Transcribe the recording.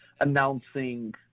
announcing